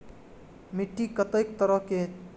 मिट्टी कतेक तरह के?